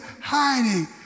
hiding